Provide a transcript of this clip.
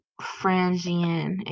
Frangian